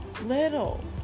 little